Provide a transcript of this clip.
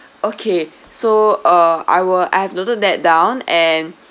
okay so uh I will I have noted that down and